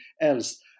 else